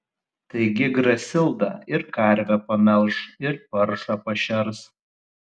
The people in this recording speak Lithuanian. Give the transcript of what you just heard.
taigi grasilda ir karvę pamelš ir paršą pašers